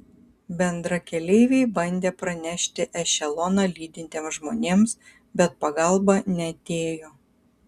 bendrakeleiviai bandė pranešti ešeloną lydintiems žmonėms bet pagalba neatėjo